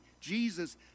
Jesus